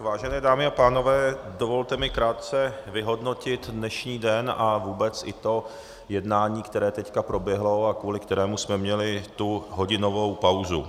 Vážené dámy a pánové, dovolte mi krátce vyhodnotit dnešní den a vůbec i to jednání, které teď proběhlo a kvůli kterému jsme měli tu hodinovou pauzu.